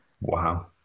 Wow